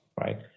right